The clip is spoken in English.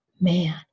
man